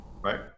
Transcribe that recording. right